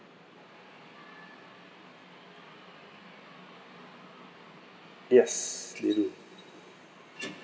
yes they do